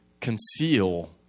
conceal